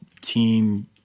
team